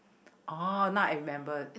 oh now I remember